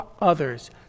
others